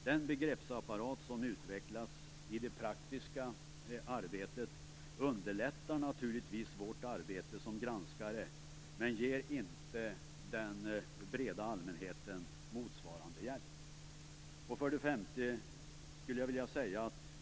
Den begreppsapparat som utvecklats i det praktiska arbetet underlättar naturligtvis vårt arbete som granskare men ger inte den breda allmänheten motsvarande hjälp. 5.